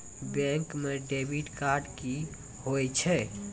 Bank म debit card की होय छै?